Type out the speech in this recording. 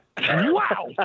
Wow